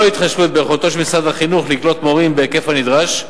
התחשבות ביכולתו של משרד החינוך לקלוט מורים בהיקף הנדרש.